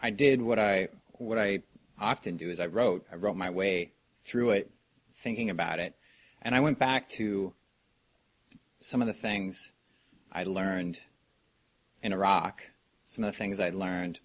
i did what i what i often do is i wrote i wrote my way through it thinking about it and i went back to some of the things i learned in iraq and the things i learned